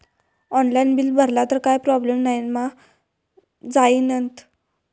Online bill भरला तर काय प्रोब्लेम नाय मा जाईनत?